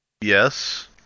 Yes